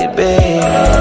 baby